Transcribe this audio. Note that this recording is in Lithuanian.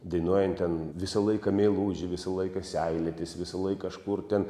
dainuojant ten visą laiką meilužį visą laiką seilėtis visąlaik kažkur ten